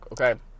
okay